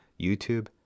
YouTube